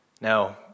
Now